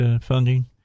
funding